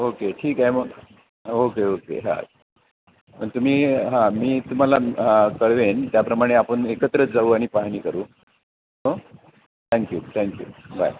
okay ठीक आहे मग ओके ओके हां पण तुम्ही हां मी तुम्हाला कळवेन त्याप्रमाणे आपण एकत्रच जाऊ आणि पाहणी करू हो थँक्यू थँक्यू बाय